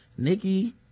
nikki